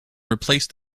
replaced